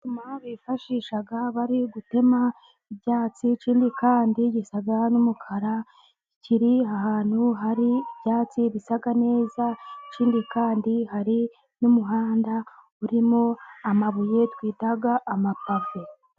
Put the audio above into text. Icyuma bifashisha bari gutema ibyatsi, ikindi kandi gisa n'umukara, kiri ahantu hari ibyatsi bisa neza, kandi hari n'umuhanda urimo amabuye twita amapave.